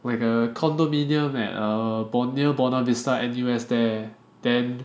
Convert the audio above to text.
like a condominium at err Boun~ near Buona Vista near N_U_S there then